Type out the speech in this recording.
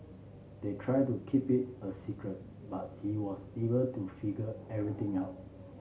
they tried to keep it a secret but he was able to figure everything out